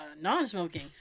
Non-smoking